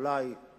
אולי היא